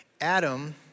Adam